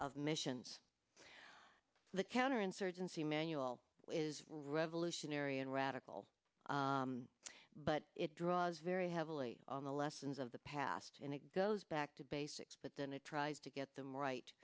of missions the counterinsurgency manual is revolutionary and radical but it draws very heavily on the lessons of the past and it goes back to basics but then it tries to get them right